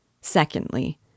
secondly